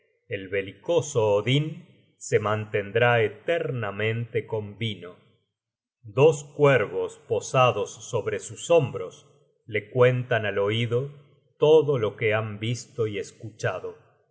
el belicoso odin se mantendrá eternamente con vino content from google book search generated at dos cuervos posados sobre sus hombros le cuentan al oido todo lo que han visto y escuchado